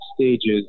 stages